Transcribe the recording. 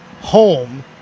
home